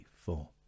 four